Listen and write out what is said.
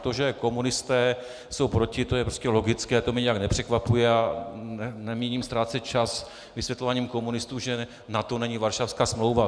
To, že komunisté jsou proti, to je logické, to mě nijak nepřekvapuje a nemíním ztrácet čas vysvětlováním komunistům, že NATO není Varšavská smlouva.